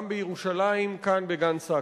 גם בירושלים, כאן, בגן-סאקר.